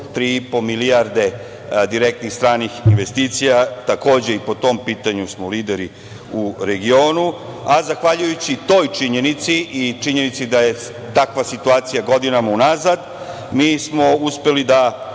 3,5 milijarde direktnih stranih investicija, takođe i po tom pitanju smo lideri u regionu, a za zahvaljujući toj činjenici i činjenici da je takva situacija godinama unazad, mi smo uspeli da